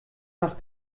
nach